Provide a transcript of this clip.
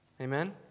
Amen